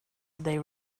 they